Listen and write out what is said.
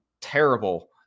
terrible